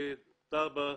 בטאבה,